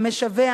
המשווע,